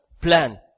Plan